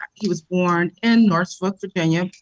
he was born in norfolk, virginia,